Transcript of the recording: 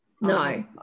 No